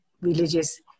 religious